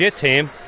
team